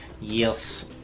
Yes